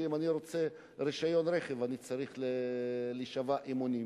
שאם אני רוצה רשיון רכב אני צריך להישבע אמונים.